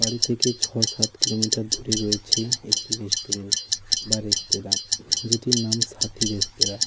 বাড়ি থেকে ছ সাত কিলোমিটার দূরে রয়েছে একটি রেস্টুরেন বা রেস্তেরাঁ যেটির নাম সাথী রেস্তেরাঁ